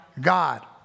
God